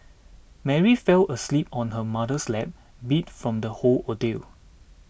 Mary fell asleep on her mother's lap beat from the whole ordeal